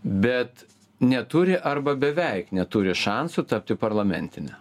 bet neturi arba beveik neturi šansų tapti parlamentine